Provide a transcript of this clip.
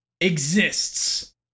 exists